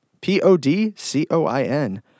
P-O-D-C-O-I-N